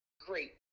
great